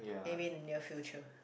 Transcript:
maybe in your future